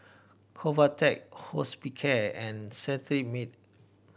Convatec Hospicare and Cetrimide